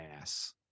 ass